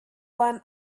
one